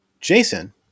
Jason